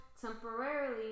temporarily